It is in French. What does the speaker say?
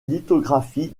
lithographies